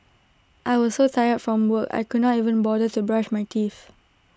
I was so tired from work I could not even bother to brush my teeth